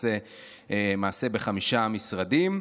נעשה "מעשה בחמישה משרדים".